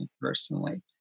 personally